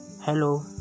hello